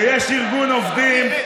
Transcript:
כשיש ארגון עובדים,